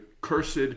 cursed